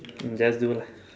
just do lah